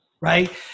right